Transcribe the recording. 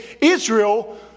Israel